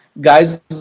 guys